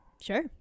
Sure